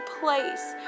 place